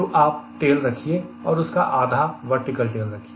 तो आप एक टेल रखिए और उसका आधा वर्टिकल टेल रखिए